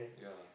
ya